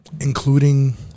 Including